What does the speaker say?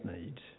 need